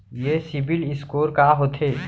ये CIBIL score का होथे?